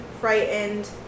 frightened